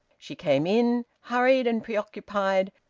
she came in, hurried and preoccupied,